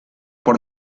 por